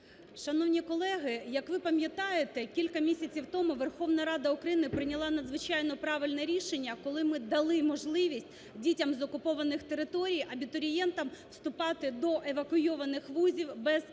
Шановні колеги, як ви пам'ятаєте кілька місяців тому Верховна Рада України прийняла надзвичайно правильне рішення, коли ми дали можливість дітям з окупованих територій, абітурієнтам вступати до евакуйованих вузів без іспитів.